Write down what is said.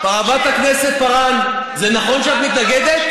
חברת הכנסת פארן, זה נכון שאת מתנגדת?